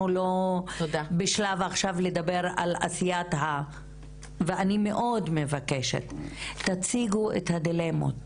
אנחנו לא בשלב לדבר על עשייה ואני מאוד מבקשת תציגו את הדילמות,